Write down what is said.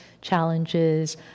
challenges